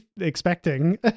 expecting